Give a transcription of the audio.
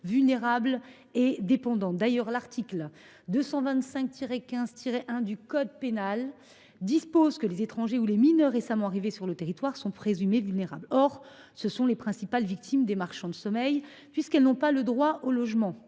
vulnérables et dépendantes. D’ailleurs, l’article 225 15 1 du code pénal dispose que les étrangers ou les mineurs récemment arrivés sur le territoire sont présumés vulnérables. Or ce sont les principales victimes des marchands de sommeil, puisqu’ils n’ont pas le droit au logement.